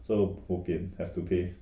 so bopian have to pay